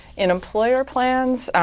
and employer plans,